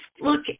look